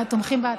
תומכים בהצעה.